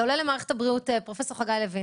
זה עולה למערכת הבריאות -- פרופסור חגי לוין,